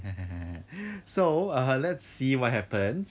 so err let's see what happens